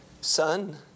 son